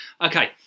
okay